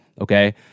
Okay